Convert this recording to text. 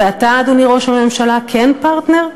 ואתה, אדוני ראש הממשלה, כן פרטנר?